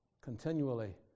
continually